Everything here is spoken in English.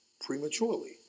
prematurely